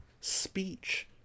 speech